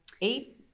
eight